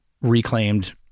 reclaimed